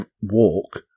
walk